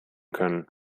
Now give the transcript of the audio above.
können